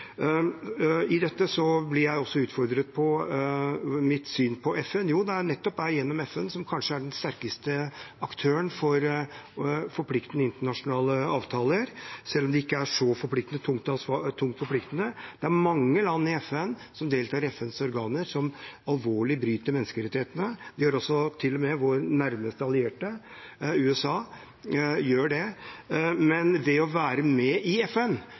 I dette blir jeg også utfordret på mitt syn på FN. Jo, det er nettopp gjennom FN, som kanskje er den sterkeste aktøren for forpliktende internasjonale avtaler, selv om det ikke er så tungt forpliktende. Det er mange land i FN, og som deltar i FNs organer, som alvorlig bryter menneskerettighetene. Til og med vår nærmeste allierte, USA, gjør det, men ved at de er med i FN,